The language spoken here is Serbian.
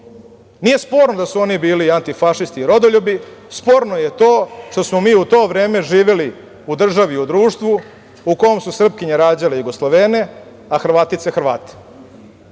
sporno da su oni bili antifašisti, rodoljubi, sporno je to što smo mi u to vreme živeli u državi i u društvu u kom su Srpkinje rađale Jugoslovene, a Hrvatice Hrvate.